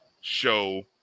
show